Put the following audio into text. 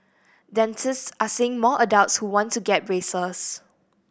dentists are seeing more adults who want to get braces